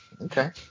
okay